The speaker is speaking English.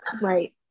Right